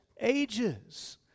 ages